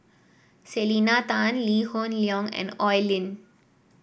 Selena Tan Lee Hoon Leong and Oi Lin